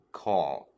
call 。